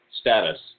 status